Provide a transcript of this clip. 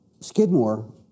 Skidmore